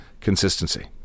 consistency